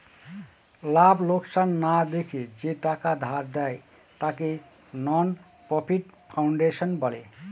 লাভ লোকসান না দেখে যে টাকা ধার দেয়, তাকে নন প্রফিট ফাউন্ডেশন বলে